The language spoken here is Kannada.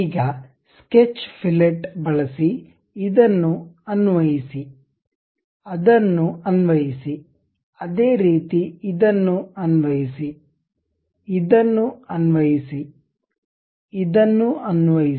ಈಗ ಸ್ಕೆಚ್ ಫಿಲೆಟ್ ಬಳಸಿ ಇದನ್ನು ಅನ್ವಯಿಸಿ ಅದನ್ನು ಅನ್ವಯಿಸಿ ಅದೇ ರೀತಿ ಇದನ್ನು ಅನ್ವಯಿಸಿ ಇದನ್ನು ಅನ್ವಯಿಸಿ ಇದನ್ನು ಅನ್ವಯಿಸಿ